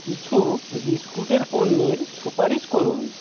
কিছু বিস্কুটের পণ্যের সুপারিশ করুন